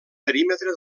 perímetre